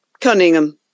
Cunningham